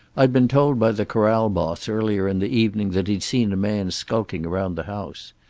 i'd been told by the corral boss earlier in the evening that he'd seen a man skulking around the house.